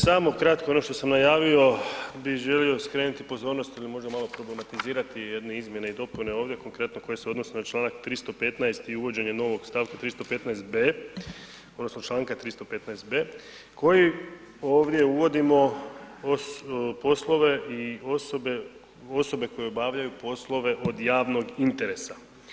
Samo kratko ono što sam najavio, bi želio skrenuti pozornost ili možda malo problematizirati jedne izmjene i dopune ovdje konkretno koje se odnose na čl. 315. i uvođenje novog stavka 316.b odnosno čl. 315.b koji ovdje uvodimo poslove i osobe, osobe koje obavljaju poslove od javnog interesa.